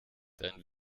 dein